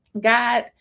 God